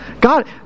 God